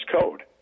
code